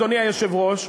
אדוני היושב-ראש,